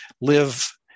live